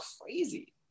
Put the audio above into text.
crazy